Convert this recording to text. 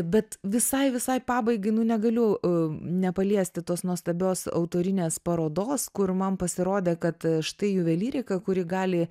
bet visai visai pabaigai nu negaliu nepaliesti tos nuostabios autorinės parodos kur man pasirodė kad štai juvelyrika kuri gali